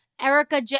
Erica